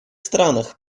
странах